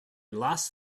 lost